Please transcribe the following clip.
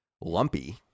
Lumpy